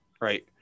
right